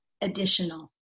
additional